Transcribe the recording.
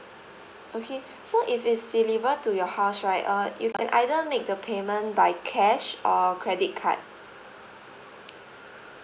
okay so if is deliver to your house right uh you can either make the payment by cash or credit card